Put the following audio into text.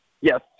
Yes